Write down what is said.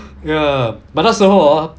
ya but 那时候 hor